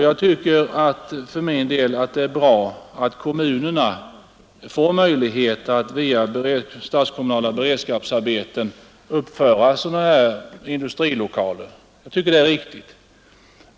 Jag tycker för min del att det är bra att kommunerna får möjlighet att som statskommunala beredskapsarbeten uppföra sådana industrilokaler som det talas om i svaret.